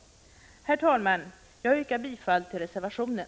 Herr talman! Jag yrkar bifall till reservationen.